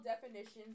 definitions